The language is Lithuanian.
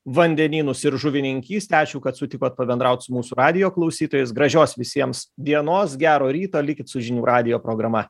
vandenynus ir žuvininkystę ačiū kad sutikot pabendraut su mūsų radijo klausytojais gražios visiems dienos gero ryto likit su žinių radijo programa